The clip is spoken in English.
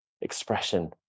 expression